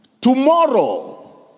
Tomorrow